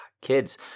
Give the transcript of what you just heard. kids